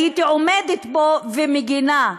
הייתי עומדת פה ומגינה.